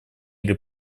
или